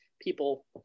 people